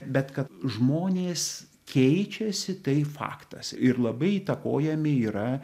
bet kad žmonės keičiasi tai faktas ir labai įtakojami yra